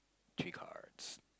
three cards